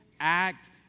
act